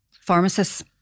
pharmacists